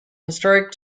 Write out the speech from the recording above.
historic